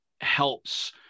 helps